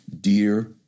Dear